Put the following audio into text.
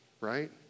right